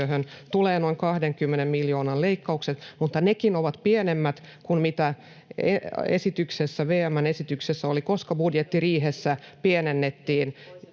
tulee noin 20 miljoonan leikkaukset, mutta nekin ovat pienemmät kuin mitä VM:n esityksessä oli, [Pia Viitasen